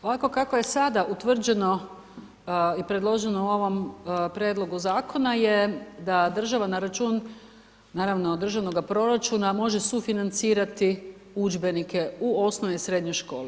Ovako kako je sada utvrđeno i predloženo u ovom prijedlogu zakona je da država na račun naravno državnog proračuna može sufinancirati udžbenike u osnovne i srednje škole.